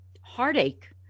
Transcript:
heartache